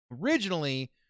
Originally